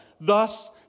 Thus